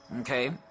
Okay